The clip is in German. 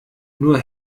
nur